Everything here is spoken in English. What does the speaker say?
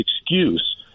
excuse